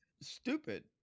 stupid